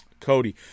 Cody